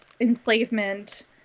enslavement